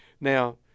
Now